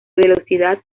velocidad